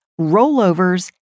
Rollovers